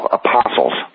apostles